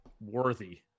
worthy